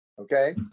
okay